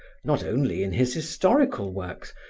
not only in his historical works,